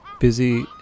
Busy